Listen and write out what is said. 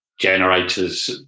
generators